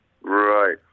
right